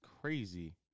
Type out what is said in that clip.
crazy